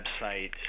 website